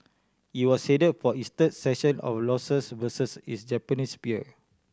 it was headed for its third session of losses versus its Japanese peer